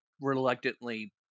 reluctantly